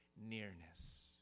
nearness